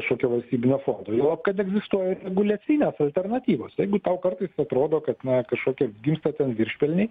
kažkokio valstybinio fondo juolab kad egzistuoja reguliacinės alternatyvos jeigu tau kartais atrodo kad na kažkokie gimsta ten viršpelniai